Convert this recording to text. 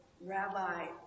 rabbi